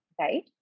right